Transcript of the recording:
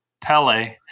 Pele